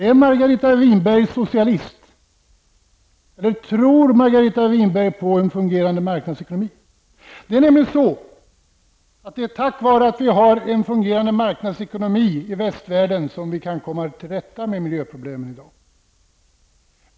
Är Margareta Winberg socialist eller tror Margareta Winberg på en fungerande marknadsekonomi? Det är tack vare en fungerande marknadsekonomi i västvärlden som vi kan komma till rätta med dagens miljöproblem.